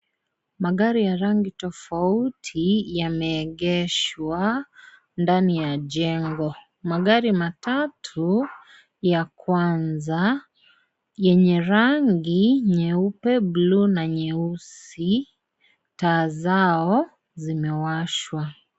Magari ya rangi tofauti yameegeshwa ndani ya jengi magari matatu ya kwanza yenye rangi nyeupe, bluu na nyeusi taa zao zimewashwa.